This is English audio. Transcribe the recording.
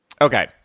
okay